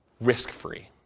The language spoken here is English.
risk-free